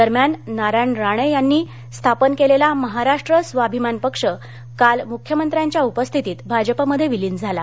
दरम्यान नारायण राणे यांनी स्थापन केलेला महाराष्ट्र स्वाभिमान पक्ष काल मुख्यमंत्र्यांच्या उपस्थितीत भाजपमध्ये विलीन झाला